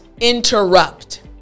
interrupt